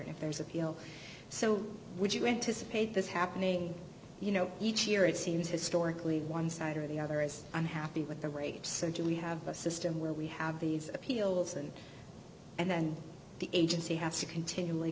court if there's appeal so would you anticipate this happening you know each year it seems historically one side or the other is unhappy with the rate center we have a system where we have these appeals and and then the agency has to continually